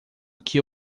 que